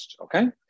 okay